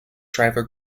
driver